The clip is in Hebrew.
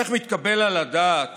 איך מתקבל על הדעת